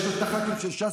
יש לנו הח"כים של ש"ס,